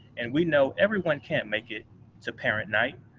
and we know everyone can't make it to parent night,